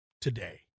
today